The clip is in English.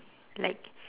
like